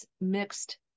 mixed